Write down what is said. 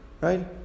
Right